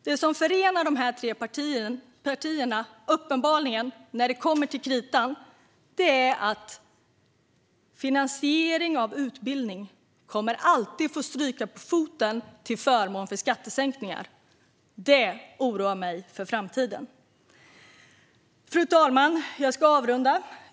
Det som förenar dessa tre partier är uppenbarligen att när det kommer till kritan får finansiering av utbildning alltid stryka på foten till förmån för skattesänkningar. Det oroar mig för framtiden. Fru talman!